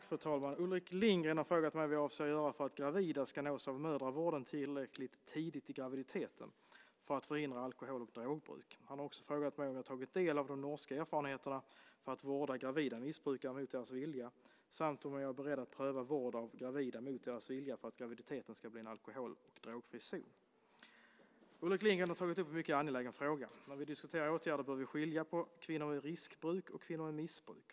Fru talman! Ulrik Lindgren har frågat mig vad jag avser att göra för att gravida ska nås av mödravården tillräckligt tidigt i graviditeten för att förhindra alkohol och drogbruk. Han har också frågat mig om jag tagit del av de norska erfarenheterna av att vårda gravida missbrukare mot deras vilja samt om jag är beredd att pröva vård av gravida mot deras vilja för att graviditeten ska bli en alkohol och drogfri zon. Ulrik Lindgren har tagit upp en mycket angelägen fråga. När vi diskuterar åtgärder bör vi skilja på kvinnor med riskbruk och kvinnor med missbruk.